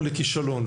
או לכישלון.